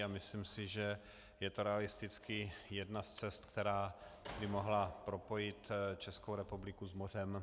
A myslím si, že to je realisticky jedna z cest, která by mohla propojit Českou republiku s mořem.